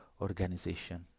organization